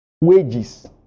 Wages